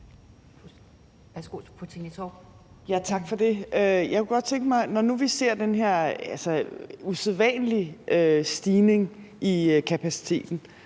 om noget, når vi nu ser den her usædvanlige stigning i kapaciteten,